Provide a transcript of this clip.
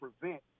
prevent